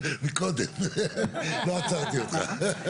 מקודם, לא עצרתי אותך.